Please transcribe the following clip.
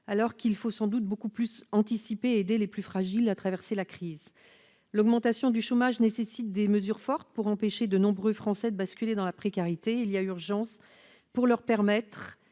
Il faut sans doute beaucoup plus anticiper et aider les plus fragiles à traverser la crise. L'augmentation du chômage nécessite des mesures fortes pour empêcher de nombreux Français de basculer dans la précarité. Il y a urgence pour leur permettre